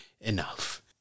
enough